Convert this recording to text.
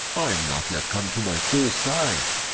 i am not yet come to my full size.